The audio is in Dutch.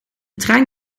trein